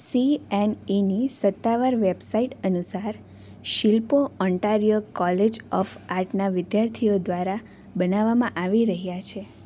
C N ઈની સત્તાવાર website અનુસાર શિલ્પો ઓન્ટારિયો કોલેજ ઓફ આર્ટના વિદ્યાર્થીઓ દ્વારા બનાવવામાં આવી રહ્યાં છે